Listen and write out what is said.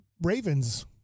Ravens